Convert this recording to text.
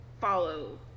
follow